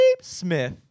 Smith